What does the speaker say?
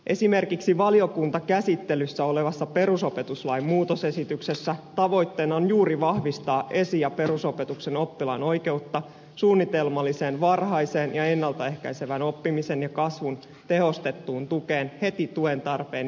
esimerkiksi valiokuntakäsittelyssä olevassa perusopetuslain muutosesityksessä tavoitteena on juuri vahvistaa esi ja perusopetuksen oppilaan oikeutta suunnitelmalliseen varhaiseen ja ennalta ehkäisevään oppimisen ja kasvun tehostettuun tukeen heti tuen tarpeen ilmetessä